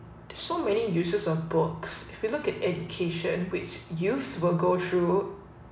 so many uses of books if you look at education which youths will go through